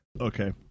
Okay